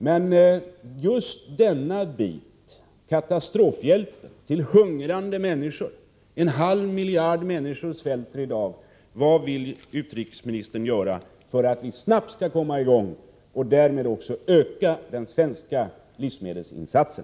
Men just beträffande katastrofhjälpen till hungrande människor — en halv miljard människor svälter i dag — frågar jag: Vad vill utrikesministern göra för att vi snabbt skall komma i gång och därmed också öka den svenska livsmedelsinsatsen?